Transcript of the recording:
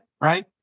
right